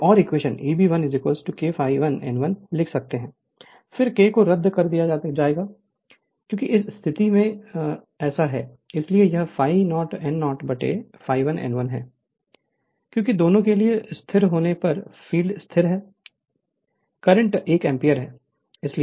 एक और equation Eb1 K∅ ∅1 n1 लिख सकता है फिर K को रद्द कर दिया जाएगा क्योंकि ये स्थिर हैं इसलिए यह ∅0 n0 ∅1 n1 है क्योंकि दोनों के लिए स्थिर होने पर फ़ील्ड स्थिर है केस करंट 1 एम्पीयर है